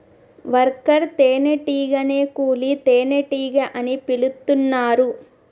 worker తేనే టీగనే కూలీ తేనెటీగ అని పిలుతున్నరు